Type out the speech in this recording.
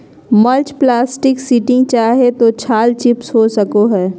mulch plastic sheeting चाहे तो छाल चिप्स हो सको हइ